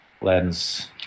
lens